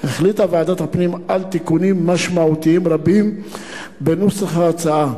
החליטה ועדת הפנים על תיקונים משמעותיים רבים בנוסח ההצעה,